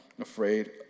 afraid